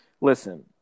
listen